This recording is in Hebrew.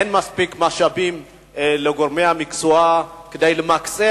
אין מספיק משאבים לגורמי המקצוע כדי למקצע